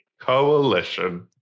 Coalition